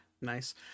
Nice